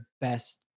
best